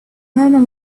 murmur